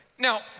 Now